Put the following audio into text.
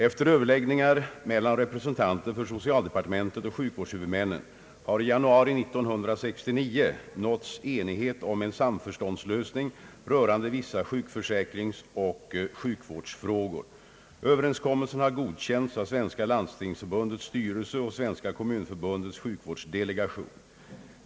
Efter överläggningar mellan representanter för socialdepartementet och sjukvårdshuvudmännen har i januari 1969 nåtts enighet om en samförståndslösning rörande vissa sjukförsäkringsoch sjukvårdsfrågor. Överenskommelsen har godkänts av Svenska landstingsförbundets styrelse och Svenska kommunförbundets sjukvårdsdelegation.